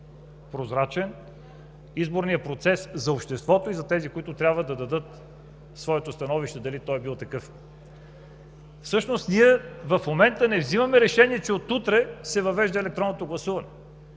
прозрачен изборният процес за обществото и за тези, които трябва да дадат своето становище дали той е бил такъв. Всъщност ние в момента не вземаме решение, че от утре се въвежда електронното гласуване.